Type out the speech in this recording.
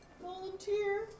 Volunteer